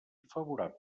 favorable